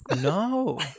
no